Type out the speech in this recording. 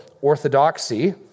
orthodoxy